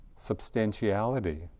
substantiality